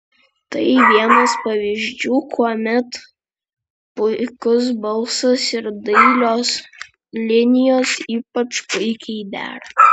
tai vienas pavyzdžių kuomet puikus balsas ir dailios linijos ypač puikiai dera